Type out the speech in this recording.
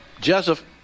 Joseph